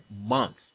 months